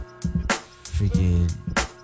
freaking